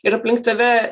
ir aplink tave